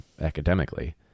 academically